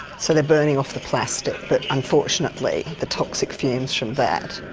so they're burning off the plastic but unfortunately the toxic fumes from that